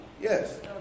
Yes